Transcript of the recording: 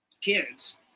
kids